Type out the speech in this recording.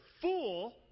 fool